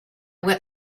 went